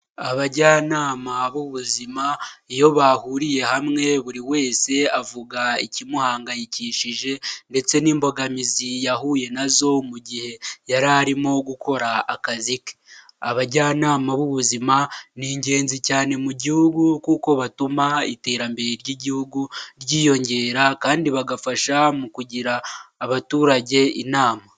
Abajyanama b'ubuzima iyo bahuriye hamwe buri wese avuga ikimuhangayikishije ndetse n'imbogamizi yahuye nazo mu gihe yari arimo gukora akazi ke, abajyanama b'ubuzima ni ingenzi cyane mu gihugu kuko batuma iterambere ry'igihugu ryiyongera kandi bagafasha mu kugira abaturage inama